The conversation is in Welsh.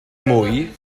mwy